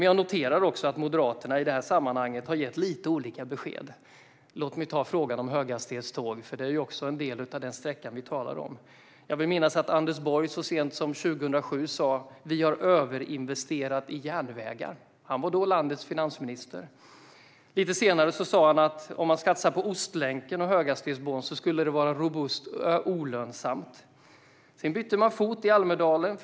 Jag noterar också att Moderaterna i det här sammanhanget har gett lite olika besked. Frågan om höghastighetståg är också en del av den sträcka som vi talar om. Jag vill minnas att Anders Borg så sent som 2007 sa: "Vi har överinvesterat i järnvägar." Han var då landets finansminister. Lite senare sa han att om man satsar på Ostlänken och en höghastighetsbana skulle det vara "robust olönsamt". Sedan bytte man fot i Almedalen.